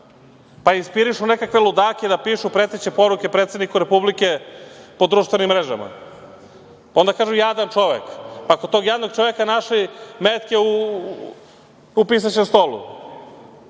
pa inspirišu nekakve ludake da pišu preteće poruke predsedniku Republike po društvenim mrežama, pa onda kažu – jadan čovek. Pa, kod tog jadnog čoveka našli metke u pisaćem stolu.